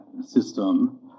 system